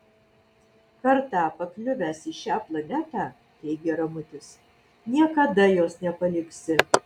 kartą pakliuvęs į šią planetą teigė ramutis niekada jos nepaliksi